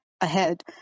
ahead